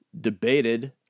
debated